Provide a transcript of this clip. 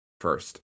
first